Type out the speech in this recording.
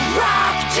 rock